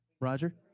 Roger